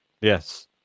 Yes